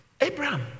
Abraham